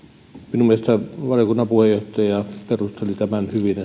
minun mielestäni valiokunnan puheenjohtaja perusteli tämän hyvin